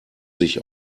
sich